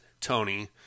Tony